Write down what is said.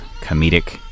comedic